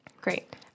Great